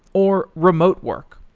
or remote work.